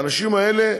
האנשים האלה,